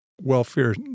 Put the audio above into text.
Welfare